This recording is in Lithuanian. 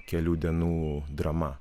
kelių dienų drama